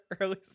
early